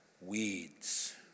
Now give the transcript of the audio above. weeds